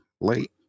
Late